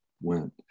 went